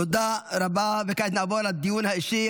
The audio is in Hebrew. תודה רבה, וכעת נעבור לדיון האישי.